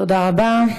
תודה רבה.